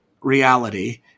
reality